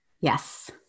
Yes